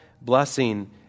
blessing